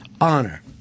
honor